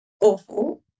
awful